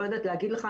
לא יודעת להגיד לך.